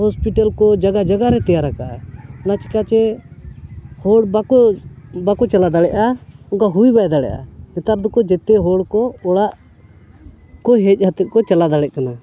hospital ᱠᱚ ᱡᱟᱭᱜᱟ ᱡᱟᱭᱜᱟ ᱨᱮ ᱛᱮᱭᱟᱨ ᱟᱠᱟᱫᱟᱭ ᱚᱱᱟ ᱪᱮᱠᱟ ᱪᱮ ᱦᱚᱲ ᱵᱟᱠᱚ ᱵᱟᱠᱚ ᱪᱟᱞᱟᱣ ᱫᱟᱲᱮᱭᱟᱜᱼᱟ ᱚᱱᱠᱟ ᱦᱩᱭ ᱵᱟᱭ ᱫᱟᱲᱮᱭᱟᱜᱼᱟ ᱱᱮᱛᱟᱨ ᱫᱚᱠᱚ ᱡᱚᱛᱚ ᱦᱚᱲ ᱠᱚ ᱚᱲᱟᱜ ᱠᱚ ᱦᱮᱡ ᱠᱟᱛᱮᱫ ᱠᱚ ᱪᱟᱞᱟᱣ ᱫᱟᱲᱮᱭᱟᱜ ᱠᱟᱱᱟ